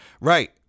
Right